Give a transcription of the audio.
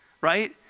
Right